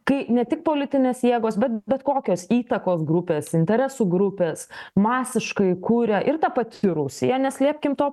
kai ne tik politinės jėgos bet bet kokios įtakos grupės interesų grupės masiškai kuria ir ta pati rusija neslėpkim to